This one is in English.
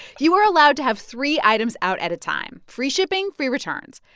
you are allowed to have three items out at a time. free shipping. free returns.